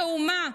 כאומה.